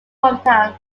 hometown